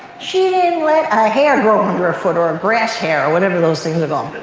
she didn't let a hair grow under her foot, or a grass hair or whatever those things